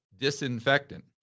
disinfectant